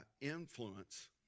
influence